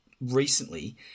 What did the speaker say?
recently